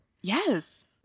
Yes